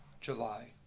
July